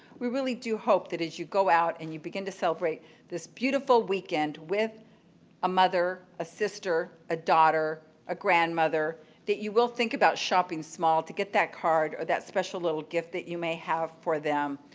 we really do hope that as you go out and you begin to celebrate this beautiful weekend with a mother, a sister, a daughter, a grandmother, that you will think about shopping small to get that card or that special little gift that you may have for them.